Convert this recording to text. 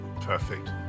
Perfect